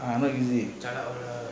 ah not eas